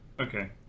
Okay